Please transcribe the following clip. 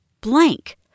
blank